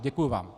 Děkuji vám.